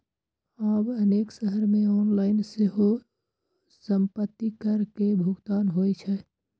आब अनेक शहर मे ऑनलाइन सेहो संपत्ति कर के भुगतान होइ छै